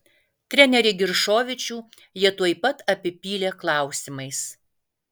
trenerį giršovičių jie tuoj pat apipylė klausimais